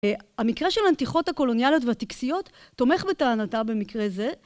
המקרה של הנתיחות הקולוניאליות והטקסיות תומך בטענתה במקרה זה.